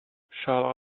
shall